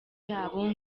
yabo